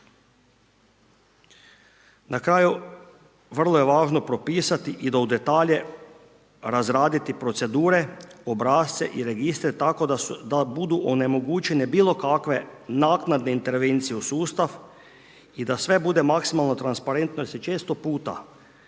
Na kraju vrlo je važno propisati i u detalje razraditi procedure, obrasce i registre tako da budu onemogućene bilokakve naknadne intervencije u sustav i da sve bude maksimalno transparentno jer često puta